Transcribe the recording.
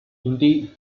indeed